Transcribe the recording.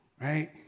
right